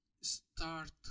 start